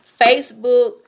Facebook